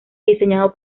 diseñado